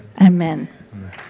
Amen